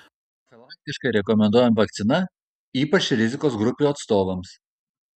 profilaktiškai rekomenduojama vakcina ypač rizikos grupių atstovams